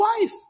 wife